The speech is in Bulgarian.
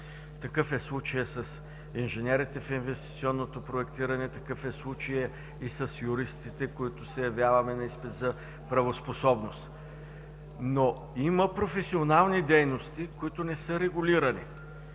Такъв е случаят с инженерите в инвестиционното проектиране, такъв е случаят и с юристите, които се явяваме на изпит за правоспособност, но има професионални дейности, които не са регулирани.